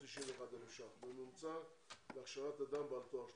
591,000 שקלים בממוצע להכשרת אדם בעל תואר שלישי.